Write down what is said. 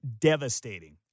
devastating